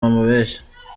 wamubeshya